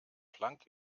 planck